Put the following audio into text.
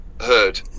heard